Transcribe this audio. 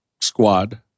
squad